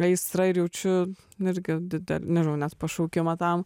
aistra ir jaučiu irgi dar nežinau net pašaukimą tam